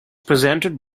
presented